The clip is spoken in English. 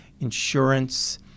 insurance